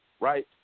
right